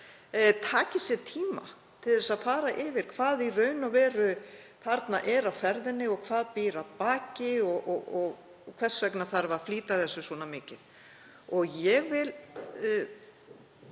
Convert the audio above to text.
taki sér tíma til að fara yfir hvað í raun og veru er þarna á ferðinni. Hvað býr að baki og hvers vegna þarf að flýta þessu svona mikið? Og ég vil